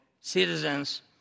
citizens